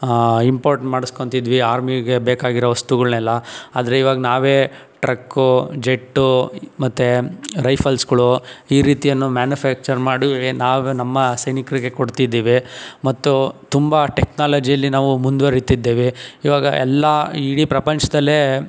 import ಮಾಡ್ಸ್ಕೊಂತಿದ್ವಿ ಆರ್ಮಿಗೆ ಬೇಕಾಗಿರೋ ವಸ್ತುಗಳನ್ನೆಲ್ಲ ಆದರೆ ಈವಾಗ ನಾವೇ ಟ್ರಕ್ಕು ಜೆಟ್ಟು ಮತ್ತು ರೈಫಲ್ಸ್ಗಳು ಈ ರೀತಿಯನ್ನು ಮ್ಯಾನುಫ್ಯಾಕ್ಚರ್ ಮಾಡಿ ನಾವೇ ನಮ್ಮ ಸೈನಿಕರಿಗೆ ಕೊಡ್ತಿದ್ದೀವಿ ಮತ್ತು ತುಂಬ ಟೆಕ್ನಾಲಜಿಯಲ್ಲಿ ನಾವು ಮುಂದ್ವರಿತಿದ್ದೇವೆ ಈವಾಗೆಲ್ಲ ಇಡೀ ಪ್ರಪಂಚದಲ್ಲೇ